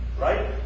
right